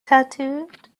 tattooed